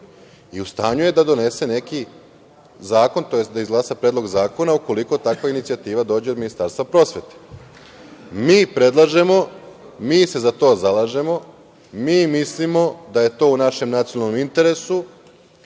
i u stanju je da donese neki zakon, tj. da izglasa predlog zakona ukoliko takva inicijativa dođe od Ministarstva prosvete. Mi predlažemo, mi se za to zalažemo, mi mislimo da je to u našem nacionalnom interesu